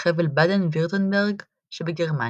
בחבל באדן-וירטמברג שבגרמניה.